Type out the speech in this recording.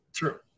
true